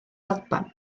alban